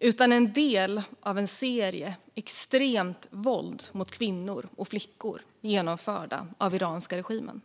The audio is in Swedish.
utan en del av en serie extremt våld mot kvinnor och flickor genomfört av den iranska regimen.